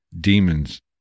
demons